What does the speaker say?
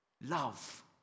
love